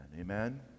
Amen